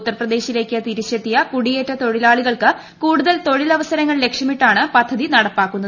ഉത്തർ പ്രദേശിലേക്ക് തിരിച്ചെത്തിയ കുടിയേറ്റ തൊഴിലാളികൾക്ക് കൂടുതൽ തൊഴിലവസരങ്ങൾ ലക്ഷ്യമിട്ടാണ് പദ്ധതി നടപ്പാക്കുന്നത്